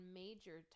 major